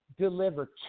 deliver